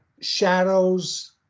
shadows